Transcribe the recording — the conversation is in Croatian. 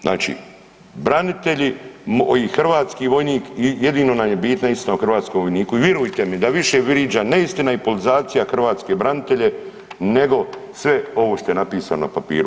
Znači, branitelji i hrvatski vojnik i jedino nam je bitna istina o hrvatskom vojniku i virujte mi da više vriđa neistina i politizacija hrvatske branitelje nego sve ovo što je napisano na papiru.